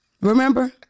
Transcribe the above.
Remember